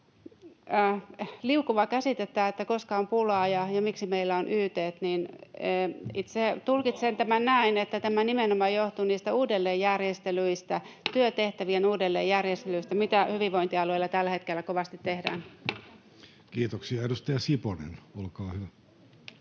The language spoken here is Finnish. liukuva käsite, että koska on pulaa ja miksi meillä on yt:t. Itse tulkitsen tämän näin, että tämä nimenomaan johtuu niistä työtehtävien uudelleenjärjestelyistä, mitä hyvinvointialueilla tällä hetkellä kovasti tehdään. [Speech 71] Speaker: